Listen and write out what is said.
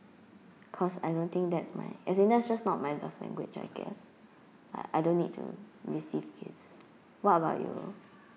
cause I don't think that's my as in that's just not my love language I guess I I don't need to receive gifts what about you